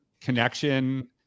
connection